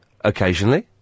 Occasionally